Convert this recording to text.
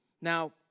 Now